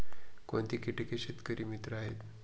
कोणती किटके शेतकरी मित्र आहेत?